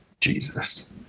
Jesus